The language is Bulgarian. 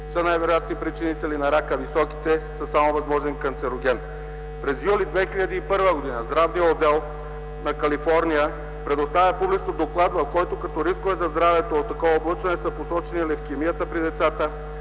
са най-вероятни причинители на рак, а високите са само „възможен” канцероген. През юли 2001 г. Здравният отдел на Калифорния предоставя публично доклад, в който като рискове за здравето от такова облъчване са посочени: левкемия при децата,